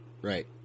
Right